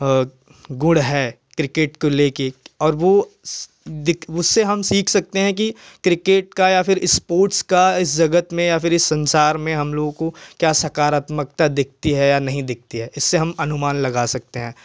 गुण है क्रिकेट को लेकर और वह स दिक् उससे हम सिख सकते है की क्रिकेट का या फ़िर स्पोर्ट्स का इस जगत में या फ़िर इस संसार में हम लोगों को क्या सकारात्मकता दिखती है या नहीं दिखती है इससे हम अनुमान लगा सकते है